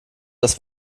das